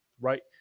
right